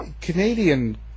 Canadian